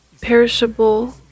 perishable